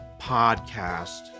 podcast